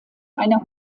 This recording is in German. einer